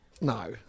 No